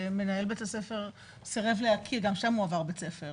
שמנהל בית הספר סירב ל גם שם הוא עבר בית ספר.